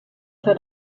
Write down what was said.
für